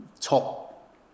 top